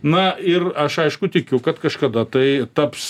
na ir aš aišku tikiu kad kažkada tai taps